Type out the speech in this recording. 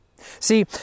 See